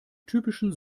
typischen